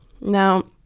Now